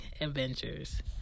adventures